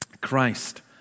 Christ